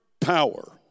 power